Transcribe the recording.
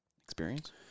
experience